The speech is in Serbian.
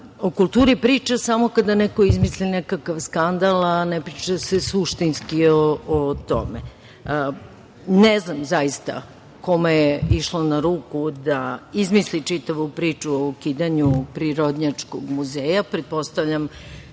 o kulturi priča samo kada neko izmisli nekakav skandal, a ne priča se suštinski o tome. Ne znam zaista kome je išlo na ruku da izmisli čitavu priču o ukidanju Prirodnjačkog muzeja. Pretpostavljam